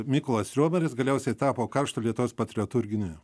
mykolas riomeris galiausiai tapo karštu lietuvos patriotu ir gynėju